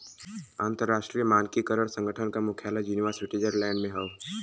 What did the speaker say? अंतर्राष्ट्रीय मानकीकरण संगठन क मुख्यालय जिनेवा स्विट्जरलैंड में हौ